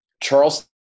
Charleston